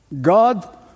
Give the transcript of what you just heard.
God